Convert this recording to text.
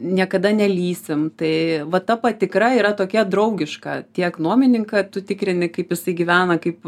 niekada nelįsim tai vat ta patikra yra tokia draugiška tiek nuomininką tu tikrini kaip jisai gyvena kaip